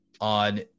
on